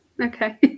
Okay